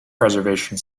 preservation